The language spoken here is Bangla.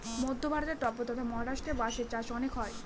মধ্য ভারতে ট্বতথা মহারাষ্ট্রেতে বাঁশের চাষ অনেক হয়